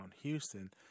Houston